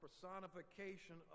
personification